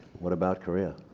what about korea?